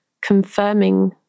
confirming